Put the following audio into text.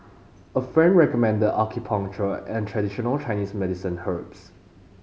a friend recommended acupuncture and traditional Chinese medicine herbs